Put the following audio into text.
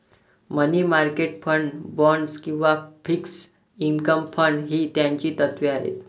मनी market fund, bonds किंवा fixed income fund ही त्याची तत्त्वे आहेत